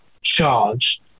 charge